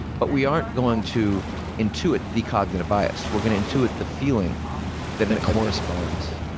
but we aren't going to intuit the cognitive bias. we're going to intuit the feeling that corresponds.